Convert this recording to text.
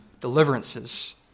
deliverances